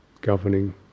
governing